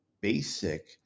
basic